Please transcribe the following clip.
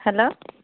hello